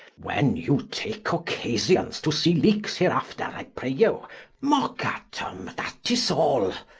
when you take occasions to see leekes heereafter, i pray you mocke at em, that is all